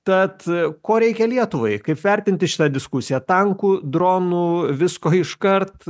tad ko reikia lietuvai kaip vertinti šitą diskusiją tankų dronų visko iškart